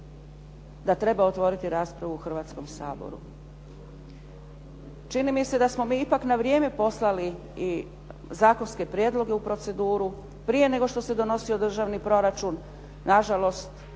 da treba otvoriti raspravu u Hrvatskom saboru. Čini mi se da smo mi ipak na vrijeme poslali i zakonske prijedloge u proceduru prije nego što se donosio državni proračun. Na žalost,